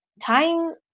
time